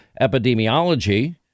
Epidemiology